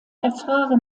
erfahre